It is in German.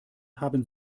haben